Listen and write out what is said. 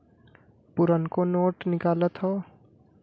पुरनको नोट निकालत हौ